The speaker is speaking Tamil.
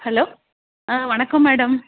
ஹலோ ஆ வணக்கம் மேடம்